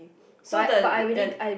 so the the